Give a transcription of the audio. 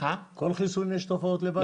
בכל חיסון יש תופעות לוואי?